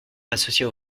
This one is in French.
m’associer